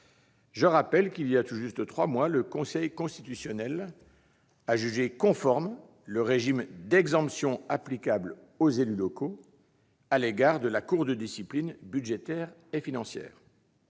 leurs épaules. Il y a tout juste trois mois, le Conseil constitutionnel a jugé conforme le régime d'exemption applicable aux élus locaux à l'égard de la Cour de discipline budgétaire et financière.